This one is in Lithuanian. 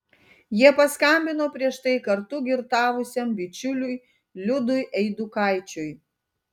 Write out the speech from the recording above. jie paskambino prieš tai kartu girtavusiam bičiuliui liudui eidukaičiui